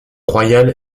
royale